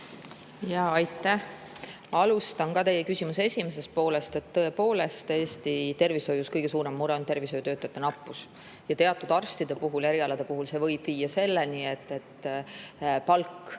Jaa, aitäh! Alustan teie küsimuse esimesest poolest. Tõepoolest, Eesti tervishoius kõige suurem mure on tervishoiutöötajate nappus. Teatud arstide puhul ja erialade puhul see võib viia selleni, et palk